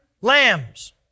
lambs